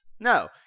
No